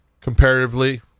Comparatively